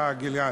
גלעד.